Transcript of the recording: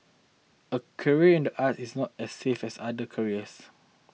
a career in the arts is not as safe as other careers